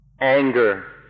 anger